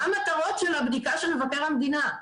מה המטרות של הבדיקה של מבקר המדינה.